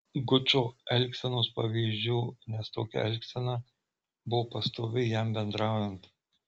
gučo elgsenos pavyzdžių nes tokia elgsena buvo pastovi jam bendraujant